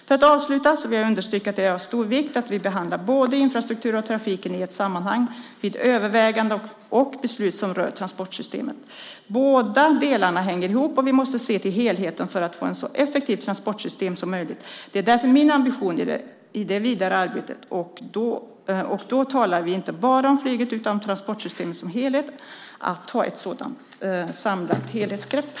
För att avsluta så vill jag understryka att det är av stor vikt att vi behandlar infrastrukturen och trafiken i ett sammanhang vid överväganden och beslut som rör transportsystemet. Båda delarna hänger ihop och vi måste se till helheten för att få ett så effektivt transportsystem som möjligt. Det är därför min ambition i det vidare arbetet - och då talar vi inte bara om flyget utan om transportsystemet som helhet - att ta ett sådant helhetsgrepp.